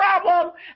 problem